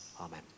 Amen